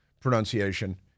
pronunciation